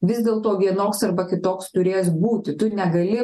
vis dėlto vienoks arba kitoks turės būti tu negali